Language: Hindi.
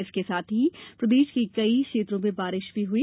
इसके साथ ही प्रदेष के कई क्षेत्रों में बारिष भी हुई